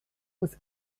was